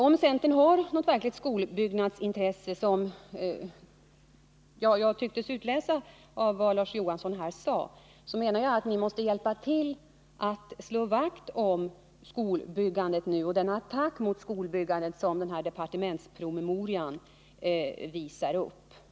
; Om centern har något verkligt skolbyggnadsintresse, något som jag tyckte mig kunna utläsa av vad Larz Johansson här sade, så måste ni hjälpa till och slå vakt om skolbyggandet och tillbakavisa den attack mot skolbyggandet som departementspromemorian om avveckling av statsbidraget till skolbyggande innebär.